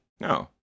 No